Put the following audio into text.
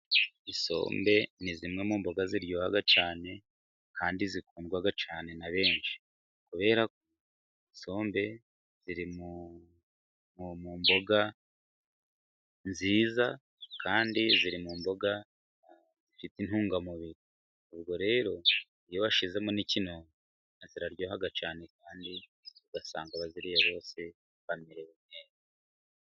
Isombe ni zimwe mu mboga ziryoha cyane kandi zikundwa cyane na benshi. Kubera ko isombe ziri mu mboga nziza, kandi ziri mu mboga zifite intungamubiri. Ubwo rero iyo bashyizemo ikinono ziraryoha cyane kandi ugasanga abazirya bose bamerewe neza.